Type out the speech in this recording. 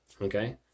Okay